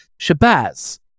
Shabazz